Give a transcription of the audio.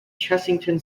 chessington